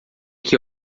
que